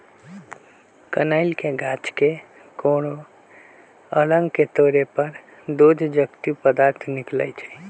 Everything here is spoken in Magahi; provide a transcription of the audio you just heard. कनइल के गाछ के कोनो अङग के तोरे पर दूध जकति पदार्थ निकलइ छै